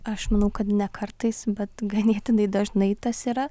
aš manau kad ne kartais bet ganėtinai dažnai tas yra